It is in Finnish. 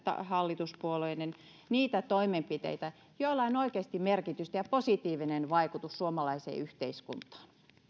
hallituspuolueiden niitä toimenpiteitä joilla on oikeasti merkitystä ja positiivinen vaikutus suomalaiseen yhteiskuntaan